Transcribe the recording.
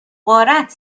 غارت